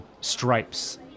stripes